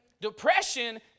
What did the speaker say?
Depression